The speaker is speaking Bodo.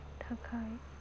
थाखाय